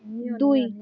ଦୁଇ